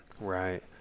Right